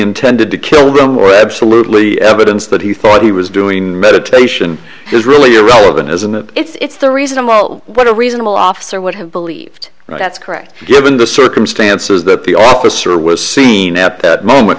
intended to kill them or absolutely evidence that he thought he was doing meditation is really irrelevant isn't that it's the reason well what a reasonable officer would have believed that's correct given the circumstances that the officer was seen at that moment